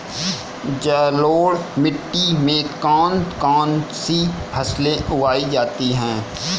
जलोढ़ मिट्टी में कौन कौन सी फसलें उगाई जाती हैं?